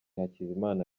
hakizimana